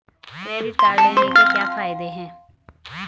Credit card लेने के क्या फायदे हैं?